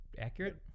accurate